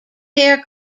bare